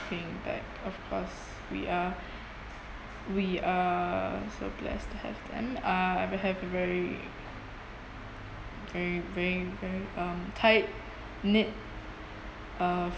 paying back of course we are we are so blessed to have them uh we have a very very very very um tight knit uh